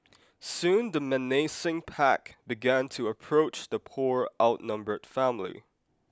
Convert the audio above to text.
soon the menacing pack began to approach the poor outnumbered family